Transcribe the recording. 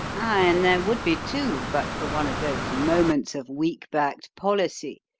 and there would be, too, but for one of those moments of weak-backed policy,